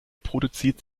produziert